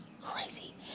Crazy